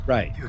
Right